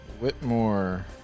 Whitmore